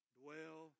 dwell